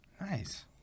Nice